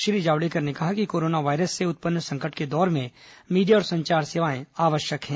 श्री जावड़ेकर ने कहा कि कोरोना वायरस से उत्पन्न संकट के दौर में मीडिया और संचार सेवाएं आवश्यक हैं